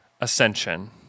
ascension